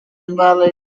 invalid